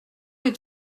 êtes